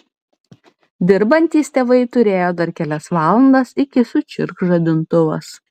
dirbantys tėvai turėjo dar kelias valandas iki sučirkš žadintuvas